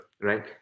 right